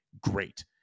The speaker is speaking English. great